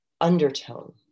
undertone